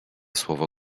słowo